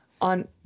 on